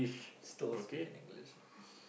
still speak in English